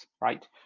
right